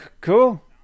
cool